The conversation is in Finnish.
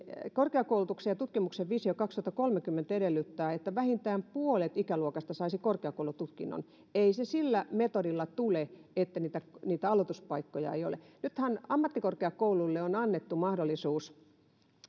korkeakoulutuksen ja tutkimuksen visio kaksituhattakolmekymmentä edellyttää että vähintään puolet ikäluokasta saisi korkeakoulututkinnon ei se sillä metodilla tule että niitä niitä aloituspaikkoja ei ole nythän ammattikorkeakouluille on annettu mahdollisuus